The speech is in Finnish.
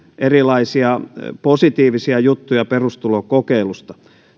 erilaisia positiivisia juttuja perustulokokeilusta